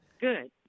good